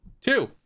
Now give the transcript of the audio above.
two